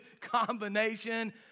combination